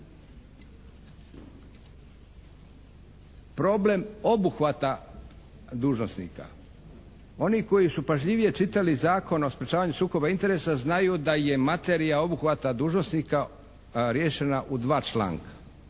Problem obuhvata dužnosnika. Oni koji su pažljivije čitali Zakon o sprječavanju sukoba interesa znaju da je materija obuhvata dužnosnika riješena u dva članka.